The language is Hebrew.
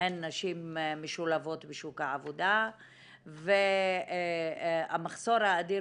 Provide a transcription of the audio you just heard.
הן נשים משולבות בשוק העבודה והמחסור האדיר